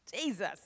Jesus